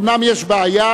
אומנם יש בעיה,